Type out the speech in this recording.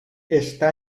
está